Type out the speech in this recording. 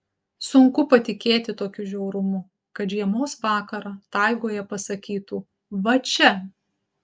sunku patikėti tokiu žiaurumu kad žiemos vakarą taigoje pasakytų va čia